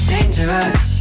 Dangerous